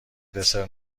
دسر